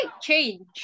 change